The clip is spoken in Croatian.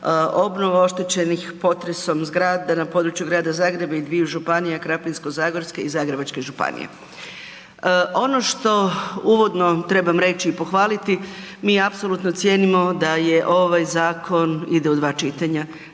obnova oštećenih potresom zgrada na području Grada Zagreba i dviju županija Krapinsko-zagorske i Zagrebačke županije. Ono što uvodno trebam reći i pohvaliti, mi apsolutno cijenimo da je ovaj zakon ide u dva čitanja.